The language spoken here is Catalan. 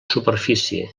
superfície